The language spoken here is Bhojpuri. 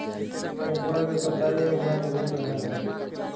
कपड़ा क कताई आउर बुनाई होत रहल हौ